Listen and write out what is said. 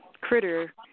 critter